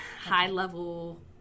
high-level